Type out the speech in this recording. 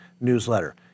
newsletter